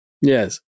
yes